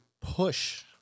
push